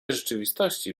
rzeczywistości